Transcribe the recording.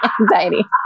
Anxiety